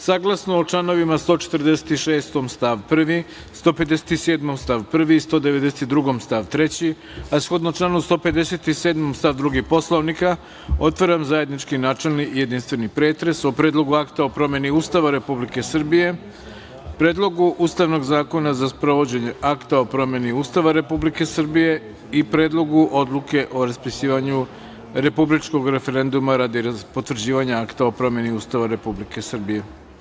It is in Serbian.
Saglasno članovima 146. stav 1, 157. stav 1. i 192. stav 3, a shodno članu 157. stav 2. Poslovnika, otvaram zajednički načelni i jedinstveni pretres o Predlogu akta o promeni Ustava Republike Srbije, Predlogu ustavnog zakona za sprovođenje Akta o promeni Ustava Republike Srbije i Predlogu odluke o raspisivanju republičkog referenduma, radi potvrđivanja Akta o promeni Ustava Republike Srbije.